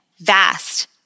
vast